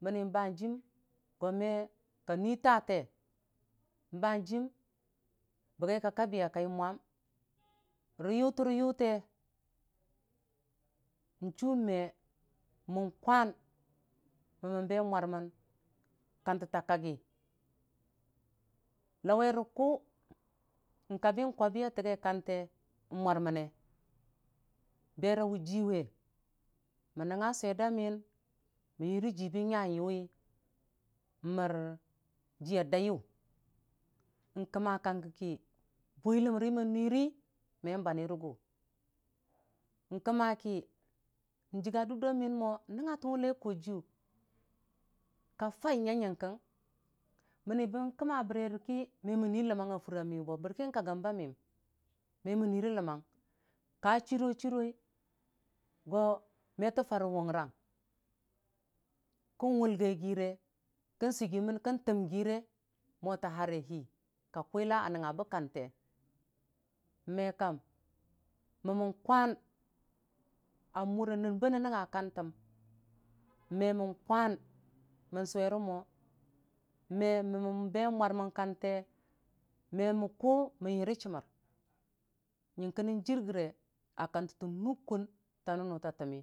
Mənni ba hanəim go me kani taa te banjim bəgai ka kabi ya kai mwam rəyʊte- rəyʊte n'chu me mən kwan məmmənbe mwarmən kantə ta'a kakgi lawere kʊ n'kabi kwabiya tagi kante mwarməne bera wʊ jiwe mənnga sweidə miyin mən yʊre ji bən nya yʊwi mər jiya daiyʊ n'kəmma kang kəki bwiləmri mənnirə, mən banyi rəgʊ n'komma ki jiiga dunda miyən mo nəngnga tən wʊlai a kojiiyʊ ka fai nyəng yingə mənni bən kəmma bərerə ki me mon nyi ləmmang a furə yamiyʊ bo bərki kakəm ba miyəm me mənnyi rə ləmmang a furə ya miyʊ bo bərkən kokgəmba miyəm me mənyi ləmmang ka chiro chiroi go metə farə wʊrang kən wʊlgaigire kən seigəmən, kəntəm gire mo tə hare hii ka kwila a nəngnga bə kante me mərmən kwan a mura nən bənəng nga kantəm me mən kwan mən suwere mo, me məmən be mwor mən kante me mən kʊ mən yʊre chəmər nyəng kənən jur gəre a kantəttə nukun.